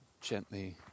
gently